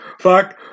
fuck